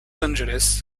angeles